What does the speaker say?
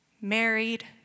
married